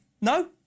No